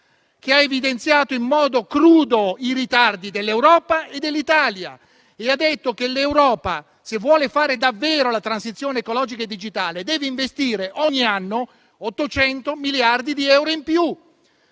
che ha evidenziato in modo crudo i ritardi dell'Europa e dell'Italia e ha detto che, se l'Europa vuole fare davvero la transizione ecologica e digitale, deve investire ogni anno 800 miliardi di euro in più.